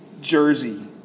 jersey